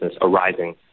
arising